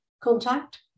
contact